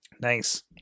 Nice